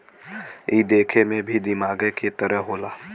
ई देखे मे भी दिमागे के तरह होला